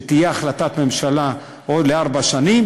שתהיה החלטת ממשלה לארבע שנים,